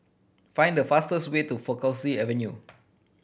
find the fastest way to Faculty Avenue